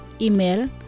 Email